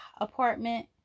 apartment